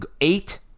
eight